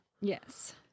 Yes